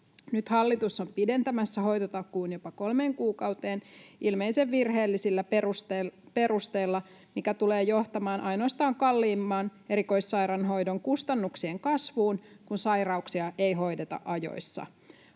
Nyt hallitus on pidentämässä hoitotakuun jopa kolmeen kuukauteen ilmeisen virheellisillä perusteilla, mikä tulee johtamaan ainoastaan kalliimman erikoissairaanhoidon kustannuksien kasvuun, kun sairauksia ei hoideta ajoissa.